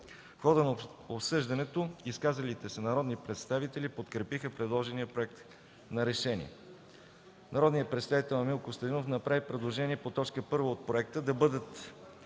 В хода на обсъждането изказалите се народни представители подкрепиха предложения проект на решение. Народният представител Емил Костадинов направи предложение по т. 1 от проекта да бъдат